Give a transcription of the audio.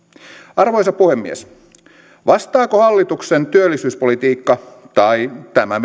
arvoisa puhemies vastaako hallituksen työllisyyspolitiikka tai tämä